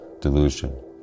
delusion